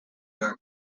york